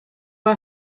are